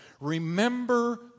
Remember